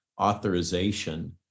authorization